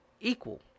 equal